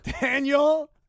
Daniel